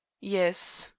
yes.